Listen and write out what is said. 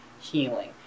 healing